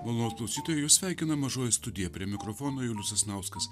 mano klausytojus sveikina mažoji studija prie mikrofono julius sasnauskas